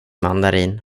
mandarin